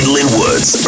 Linwood's